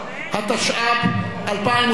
התשע"ב 2012,